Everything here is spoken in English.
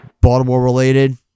Baltimore-related